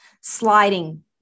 sliding